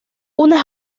una